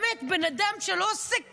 באמת, בן אדם שלא עושה כלום,